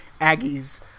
Aggies